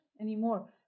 anymore